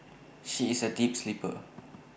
she is A deep sleeper